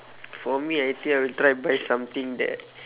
for me I think I try buy something that